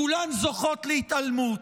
כולן זוכות להתעלמות.